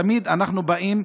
תמיד אנחנו באים,